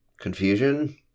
confusion